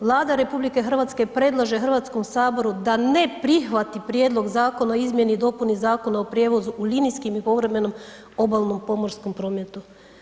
Vlada RH predlaže Hrvatskom saboru da ne prihvati Prijedlog Zakona o izmjeni i dopuni Zakona o prijevozu u linijskim i povremenom obalnom pomorskom prometu.